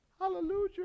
Hallelujah